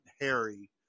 Harry